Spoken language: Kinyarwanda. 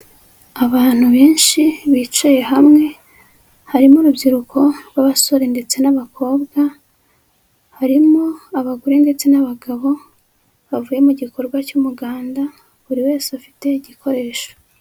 Abantu benshi bicaye hamwe, harimo urubyiruko rw'abasore ndetse n'abakobwa, harimo abagore ndetse n'abagabo, bavuye mu gikorwa cy'umuganda, buri wese afite igikoresho.